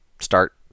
start